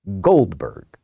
Goldberg